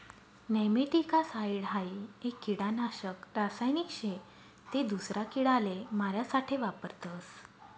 nematicide हाई एक किडानाशक रासायनिक शे ते दूसरा किडाले मारा साठे वापरतस